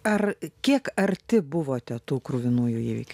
ar kiek arti buvote tų kruvinųjų įvyk